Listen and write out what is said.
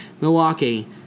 Milwaukee